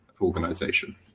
Organization